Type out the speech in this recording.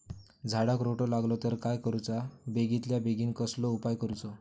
झाडाक रोटो लागलो तर काय करुचा बेगितल्या बेगीन कसलो उपाय करूचो?